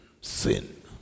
sin